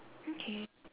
okay